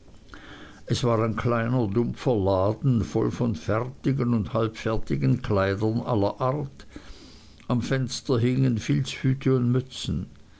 es war ein kleiner dumpfer laden voll von fertigen und halbfertigen kleidern aller art am fenster hingen filzhüte und mützen